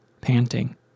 panting